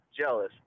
jealous